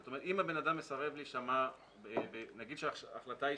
זאת אומרת, נניח שההחלטה היא